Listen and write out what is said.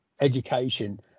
education